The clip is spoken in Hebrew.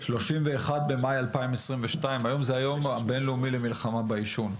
31 במאי 2022. היום זה היום הבין-לאומי למלחמה בעישון.